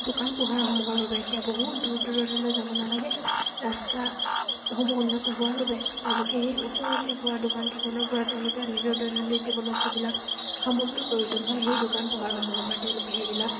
দোকান পোহাৰসমূহৰ বাবে এতিয়া বহুত দূৰ দূৰণিলৈ যাব নালাগে ৰাস্তাসমূহ উন্নত হোৱাৰ বাবে তেওঁলোকে সেই ওচৰতে পোৱা দোকানকেইখনৰ পৰা তেওঁলোকে নিজৰ দৈনন্দিন জীৱনত যিবিলাক সামগ্ৰী প্ৰয়োজন হয় সেই দোকান পোহাৰসমূহৰ পৰা তেওঁলোকে সেইবিলাক